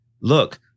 look